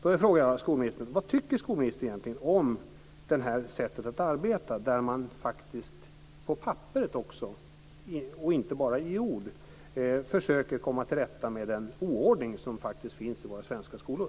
Då är frågan: Vad tycker skolministern egentligen om det här sättet att arbeta där man faktiskt på papperet, och inte bara i ord, försöker komma till rätta med den oordning som faktiskt finns i våra skolor?